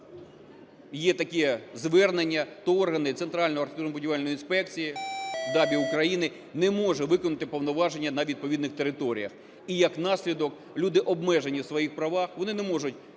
є таке звернення, то органи Центральної архітектурно-будівельної інспекції, ДАБІ України, не може виконати повноваження на відповідних територіях. І як наслідок люди обмежені у своїх правах: вони не можуть і отримати